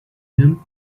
him